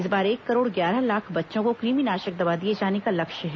इस बार एक करोड़ ग्यारह लाख बच्चो को कृमि नाषक दवा दिए जाने का लक्ष्य है